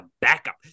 backup